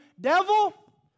devil